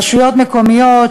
רשויות מקומיות,